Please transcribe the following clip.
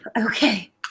Okay